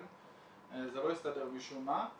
זה לא הסתדר משום מה.